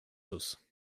sauces